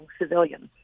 civilians